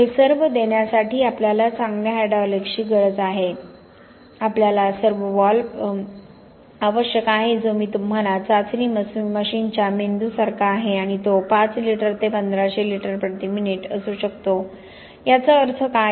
हे सर्व देण्यासाठी आपल्याला चांगल्या हायड्रॉलिकची गरज आहे आपल्याला सर्व्होव्हॅल्व्ह आवश्यक आहे जो मी तुम्हाला चाचणी मशीनच्या मेंदूसारखा आहे आणि तो 5 लिटर ते 1500 लिटर प्रति मिनिट असू शकतो याचा अर्थ काय